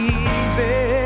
easy